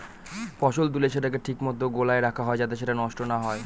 ফসল তুলে সেটাকে ঠিক মতো গোলায় রাখা হয় যাতে সেটা নষ্ট না হয়